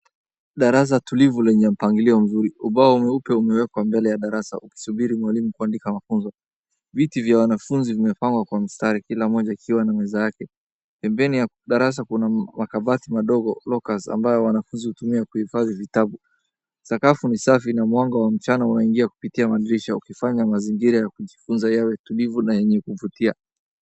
Darasa tulivu lenye mpangilio mzuri, ubao mweupe umewekwa mbele ya darasa ukisubiri mwalimu kwandika mafunzo. Viti vya wanafunzi vimepangwa kwa mstari kila mmoja ikiwa na meza yake pembeni ya darasa kuna makabati madogo lockers ambayo wanafunzi hutumia kuhifadhi vitabu. Sakafu ni safi na mwanga unaingia kupitia madirisha ukifanya mazingira ya kujifunza yawe matulivu na yenye kuvutia.